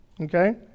okay